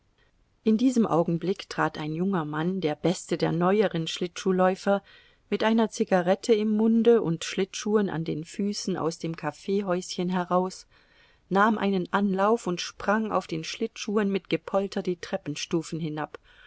in diesem augenblick trat ein junger mann der beste der neueren schlittschuhläufer mit einer zigarette im munde und schlittschuhen an den füßen aus dem kaffeehäuschen heraus nahm einen anlauf und sprang auf den schlittschuhen mit gepolter die treppenstufen hinab